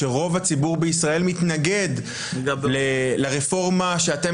שרוב הציבור בישראל מתנגד לרפורמה שאתם